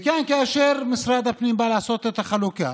וכאן, כאשר משרד הפנים בא לעשות את החלוקה